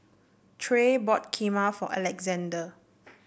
Tre bought Kheema for Alexzander